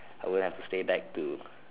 I wouldn't have to stay back to